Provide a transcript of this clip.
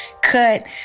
cut